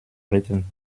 retten